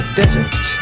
desert